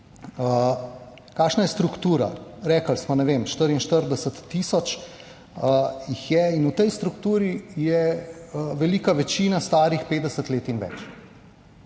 je struktura. Rekli smo, ne vem, 44 tisoč jih je. V tej strukturi je velika večina starih 50 let in več.